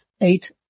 eight